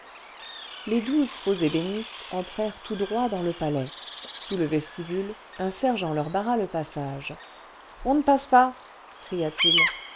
les douze faux ébénistes entrèrent tout droit dans le palais sous le vestibule un sergent leur barra le passage la barricade fallacieuse médaille d'or on ne passe pas cria-t-il